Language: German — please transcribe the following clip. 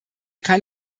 kann